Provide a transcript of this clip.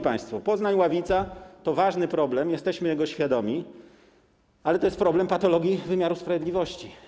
Poznań Ławica to ważny problem, jesteśmy tego świadomi, ale to jest problem patologii wymiaru sprawiedliwości.